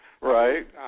Right